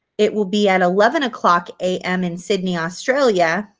it will be at eleven o'clock am in sydney, australia